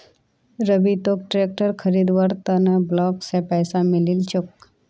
रवि तोक ट्रैक्टर खरीदवार त न ब्लॉक स पैसा मिलील छोक